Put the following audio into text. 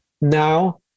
now